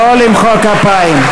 לא למחוא כפיים.